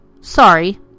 sorry